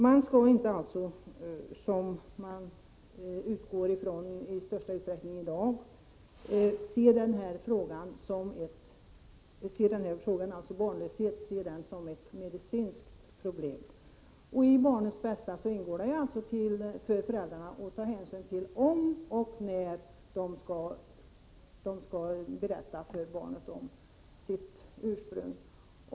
Man skall alltså inte, som man i dag utgår från, i huvudsak se barnlösheten som ett medicinskt problem. I hänsynen till barnets bästa ingår att föräldrarna tar ställning till om och när de skall berätta för barnet om dess ursprung.